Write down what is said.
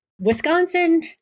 wisconsin